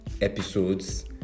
episodes